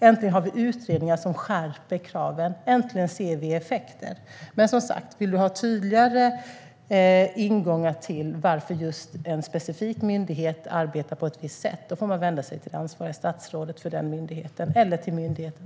Äntligen har vi utredningar som skärper kraven. Äntligen ser vi effekter. Men om Roger Haddad vill ha tydligare ingångar till varför en specifik myndighet arbetar på ett visst sätt får han som sagt vända sig till det ansvariga statsrådet för den myndigheten eller direkt till myndigheten.